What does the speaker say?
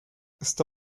esta